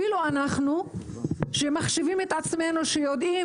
אפילו לנו שאנחנו מחשיבים את עצמנו מבינים,